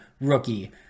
rookie